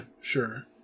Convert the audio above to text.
sure